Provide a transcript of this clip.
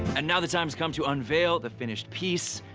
and now the time has come to unveil the finished piece.